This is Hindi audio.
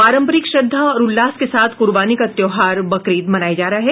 पारंपरिक श्रद्धा और उल्लास के साथ कुर्बानी का त्योहार बकरीद मनाया जा रहा है